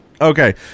Okay